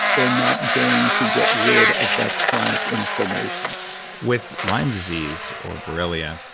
they're not going to get rid of that chronic inflammation with lyme disease, or borrelia,